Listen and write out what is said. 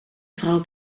frau